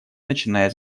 начиная